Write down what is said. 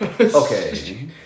Okay